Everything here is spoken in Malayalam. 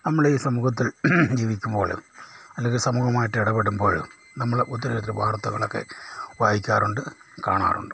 നമ്മൾ ഈ സമൂഹത്തിൽ ജീവിക്കുമ്പോൾ അല്ലെങ്കിൽ സമൂഹമായിട്ട് ഇടപെടുമ്പോൾ നമ്മൾ ഒത്തിരി ഒത്തിരി വർത്തകളൊക്കെ വായിക്കാറുണ്ട് കാണാറുണ്ട്